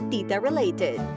Tita-related